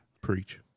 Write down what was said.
Preach